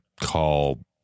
call